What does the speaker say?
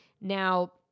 Now